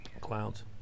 Clowns